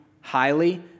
highly